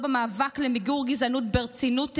במאבק למיגור גזענות ברצינות תהומית,